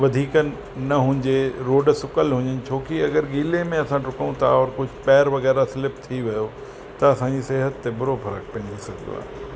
वधीक न हुजे रोड सुकल हुजनि छो की अगरि गीले में असां डुकूं था औरि कुझु पेर वग़ैरह स्लिप थी वियो त असांजी सिहत ते बुरो फर्क़ु पइजी सघंदो आहे